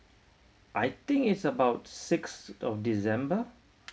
I think it's about sixth of december